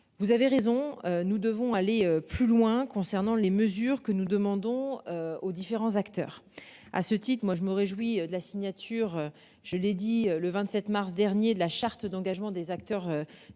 Vous avez raison, nous devons aller plus loin. Concernant les mesures que nous demandons. Aux différents acteurs. À ce titre, moi je me réjouis de la signature. Je l'ai dit le 27 mars dernier de la charte d'engagement des acteurs du